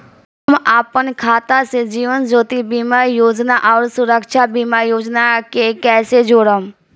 हम अपना खाता से जीवन ज्योति बीमा योजना आउर सुरक्षा बीमा योजना के कैसे जोड़म?